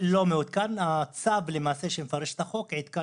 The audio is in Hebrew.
שלא לדבר על האוכלוסיות המוחלשות או הפגיעות,